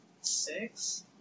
six